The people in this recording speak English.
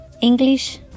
English